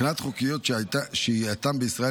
בחינת חוקיות שהייתם בישראל,